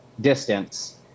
distance